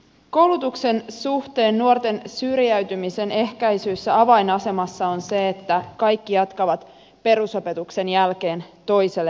koulutuksen suhteen nuorten syrjäytymisen ehkäisyssä avainasemassa on se että kaikki jatkavat perusopetuksen jälkeen toiselle asteelle